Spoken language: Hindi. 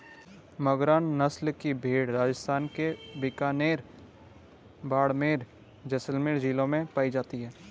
मगरा नस्ल की भेंड़ राजस्थान के बीकानेर, बाड़मेर, जैसलमेर जिलों में पाई जाती हैं